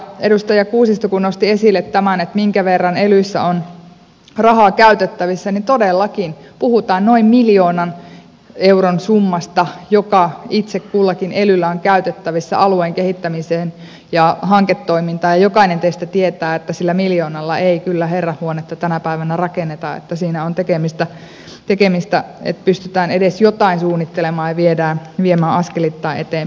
edustaja kuusisto kun nosti esille tämän minkä verran elyssä on rahaa käytettävissä niin todellakin puhutaan noin miljoonan euron summasta joka itse kullakin elyllä on käytettävissä alueen kehittämiseen ja hanketoimintaan ja jokainen teistä tietää että sillä miljoonalla ei kyllä herranhuonetta tänä päivänä rakenneta eli siinä on tekemistä että pystytään edes jotain suunnittelemaan ja viemään askelittain eteenpäin